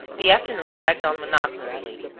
the afternoon dragged on monotonously.